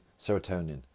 serotonin